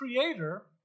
creator